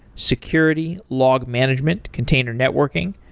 security, log management, container networking,